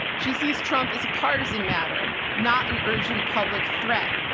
she sees trump as a partisan matter, not an urgent public threat.